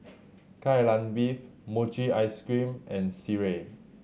Kai Lan Beef mochi ice cream and sireh